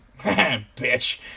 bitch